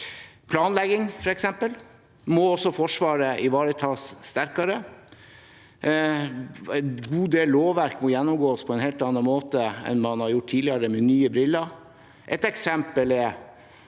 samfunnet. For eksempel må også Forsvaret ivareta planlegging sterkere. En god del lovverk må gjennomgås på en helt annen måte enn man har gjort tidligere, med nye briller. Et eksempel er